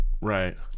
Right